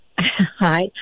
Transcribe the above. Hi